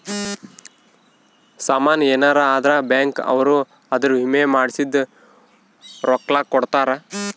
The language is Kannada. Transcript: ಸಾಮನ್ ಯೆನರ ಅದ್ರ ಬ್ಯಾಂಕ್ ಅವ್ರು ಅದುರ್ ವಿಮೆ ಮಾಡ್ಸಿದ್ ರೊಕ್ಲ ಕೋಡ್ತಾರ